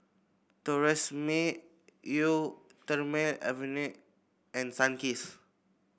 Tresemme Eau Thermale Avene and Sunkist